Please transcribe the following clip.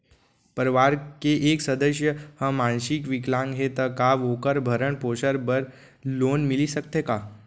परवार के एक सदस्य हा मानसिक विकलांग हे त का वोकर भरण पोषण बर लोन मिलिस सकथे का?